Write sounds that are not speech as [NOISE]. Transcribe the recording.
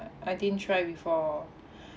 I didn't try before [BREATH]